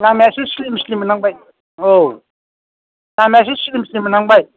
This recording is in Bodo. लामाया एसे स्लिम स्लिम मोनहांबाय औ लामाया एसे स्लिम स्लिम मोनहांबाय